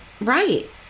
Right